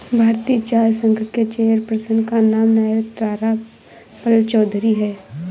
भारतीय चाय संघ के चेयर पर्सन का नाम नयनतारा पालचौधरी हैं